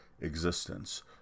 existence